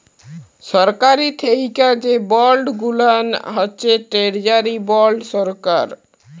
সরকারি থ্যাকে যে বল্ড গুলান হছে টেরজারি বল্ড সরকার